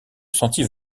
sentit